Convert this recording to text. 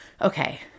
okay